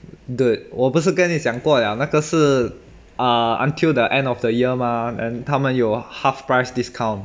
good 我不是跟你讲过了那个是 uh until the end of the year mah and 他们有 half price discount